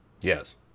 Yes